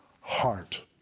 heart